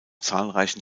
zahlreichen